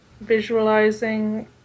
visualizing